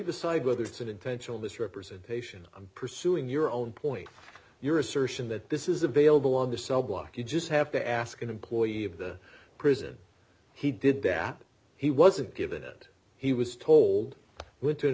aside whether it's an intentional misrepresentation i'm pursuing your own point your assertion that this is available on the cell block you just have to ask an employee of the prison he did that he wasn't given it he was told when to an